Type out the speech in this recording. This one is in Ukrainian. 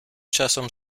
часом